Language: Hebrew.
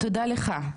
תודה לך.